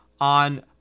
on